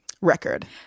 record